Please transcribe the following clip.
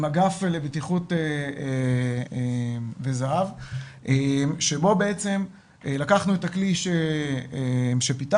עם אגף לבטיחות וזה"ב שבו בעצם לקחנו את הכלי שפיתחנו,